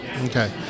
Okay